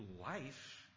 life